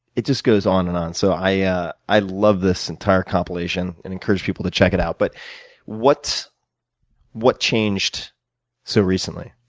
it just goes on and on. so i yeah i love this entire copulation and encourage people to check it out. but what what changed so recently?